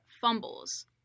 fumbles